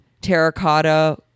terracotta